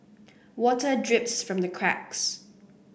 water drips from the cracks